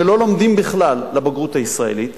שלא לומדים בכלל לבגרות הישראלית,